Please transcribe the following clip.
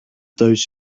those